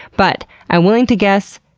but, i'm willing to guess,